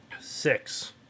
Six